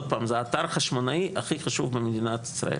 עוד פעם, זה האתר החשמונאי הכי חשוב במדינת ישראל.